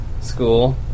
School